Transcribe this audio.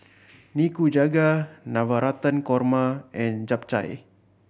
Nikujaga Navratan Korma and Japchae